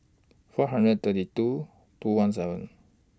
four hundred thirty two two hundred seven